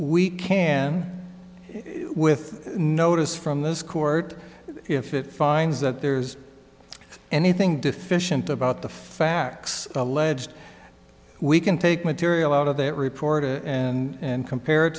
we can with notice from this court if it finds that there's anything deficient about the facts alleged we can take material out of that report and compared